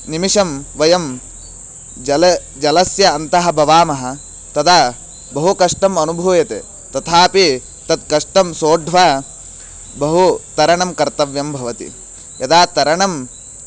निमेषं वयं जलं जलस्य अन्तः भवामः तदा बहु कष्टम् अनुभूयते तथापि तत् कष्टं सोढ्वा बहु तरणं कर्तव्यं भवति यदा तरणं